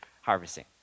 harvesting